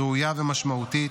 ראויה ומשמעותית,